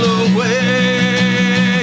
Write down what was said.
away